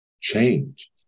change